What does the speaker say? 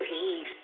Peace